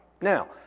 Now